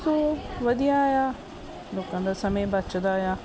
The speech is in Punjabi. ਸੋ ਵਧੀਆ ਆ ਲੋਕਾਂ ਦਾ ਸਮੇਂ ਬਚਦਾ ਆ